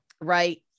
right